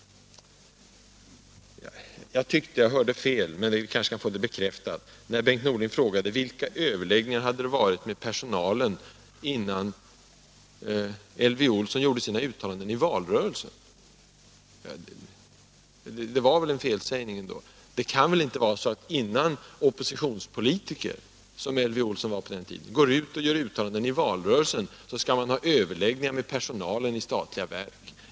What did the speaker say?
Jag hoppas att jag hörde fel, men jag vill gärna få det bekräftat, när Bengt Norling frågade vilka överläggningar som hade ägt rum med personalen innan Elvy Olsson gjorde sina uttalanden i valrörelsen. Detta var väl ändå en felsägning? Bengt Norling kan väl inte mena att när en oppositionspolitiker, som Elvy Olsson var på den tiden, gör uttalanden i valrörelsen, så skall det föregås av överläggningar med personalen i statliga verk?